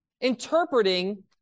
interpreting